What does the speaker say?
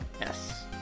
Yes